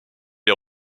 les